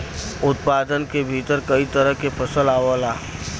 उत्पादन के भीतर कई तरह के फसल आवला